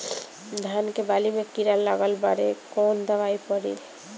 धान के बाली में कीड़ा लगल बाड़े कवन दवाई पड़ी?